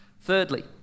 Thirdly